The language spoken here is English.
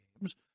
games